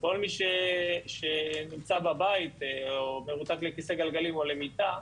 כל מי שנמצא בבית או מרותק לכיסא גלגלים או למיטה,